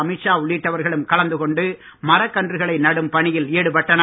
அமீத் ஷா உள்ளிட்டவர்களும் கலந்து கொண்டு மரக்கன்றுகளை நடும் பணியில் ஈடுபட்டனர்